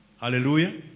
Hallelujah